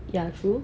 ya true